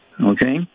okay